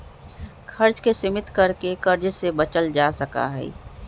खर्च के सीमित कर के कर्ज से बचल जा सका हई